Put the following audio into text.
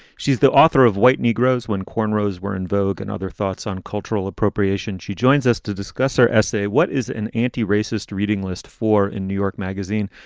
she's the author of white negroes when cornrows were in vogue and other thoughts on cultural appropriation. she joins us to discuss her essay, what is an anti-racist reading list for in new york magazine.